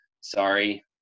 sorry